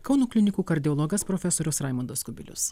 kauno klinikų kardiologas profesorius raimondas kubilius